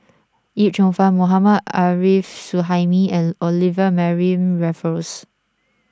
Yip Cheong Fun Mohammad Arif Suhaimi and Olivia Mariamne Raffles